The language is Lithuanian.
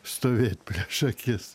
stovėt prieš akis